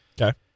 Okay